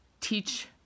teach